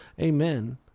amen